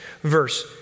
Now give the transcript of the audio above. verse